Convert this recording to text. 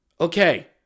Okay